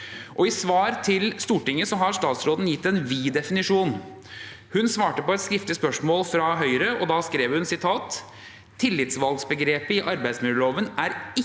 I svar til Stortinget har statsråden gitt en vid definisjon. Hun svarte på et skriftlig spørsmål fra Høyre, og da skrev hun: «Tillitsvalgtbegrepet i arbeidsmiljøloven er ikke